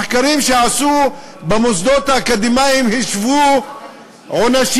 מחקרים שעשו במוסדות אקדמיים השוו עונשים